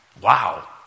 wow